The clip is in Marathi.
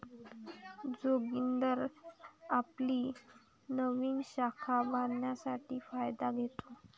जोगिंदर आपली नवीन शाखा बांधण्यासाठी फायदा घेतो